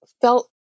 felt